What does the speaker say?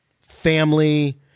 family